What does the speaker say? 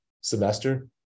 semester